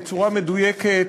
בצורה מדויקת,